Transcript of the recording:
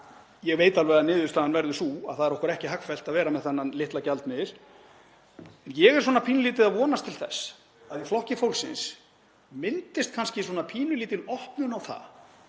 Ég veit alveg að niðurstaðan verður sú að það er okkur ekki hagfellt að vera með þennan litla gjaldmiðil. Ég er pínulítið að vonast til þess að í Flokki fólksins myndist kannski pínulítil opnun á það